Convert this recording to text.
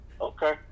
Okay